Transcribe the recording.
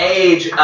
age